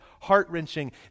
heart-wrenching